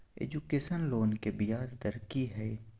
Education loan के ब्याज दर की हय?